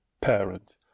parent